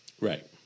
Right